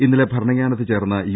ഇന്നലെ ഭരണങ്ങാനത്ത് ചേർന്ന യു